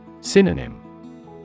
Synonym